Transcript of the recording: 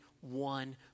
one